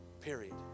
Period